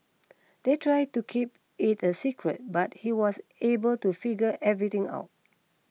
they tried to keep it a secret but he was able to figure everything out